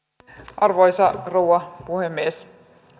arvoisa rouva puhemies